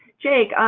jake,